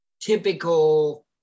typical